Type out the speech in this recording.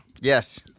Yes